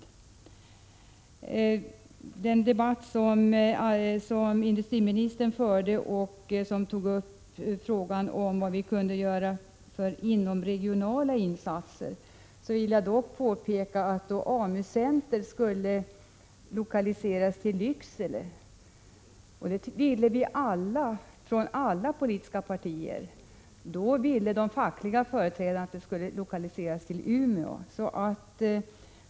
När det gäller den debatt som industriministern förde i frågan, vad vi kunde göra för inomregionala insatser, vill jag påpeka att då AMU-center skulle lokaliseras till Lycksele — det ville vi från alla politiska partier — ville de fackliga företrädarna att det skulle lokaliseras till Umeå.